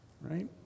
right